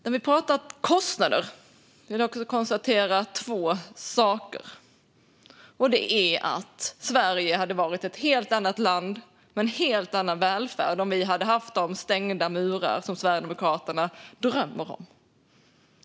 När vi pratar kostnader vill jag konstatera en sak: Sverige hade varit ett helt annat land med en helt annan välfärd om vi hade haft de stängda murar som Sverigedemokraterna drömmer om.